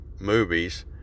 movies